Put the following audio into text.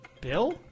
Bill